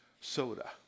soda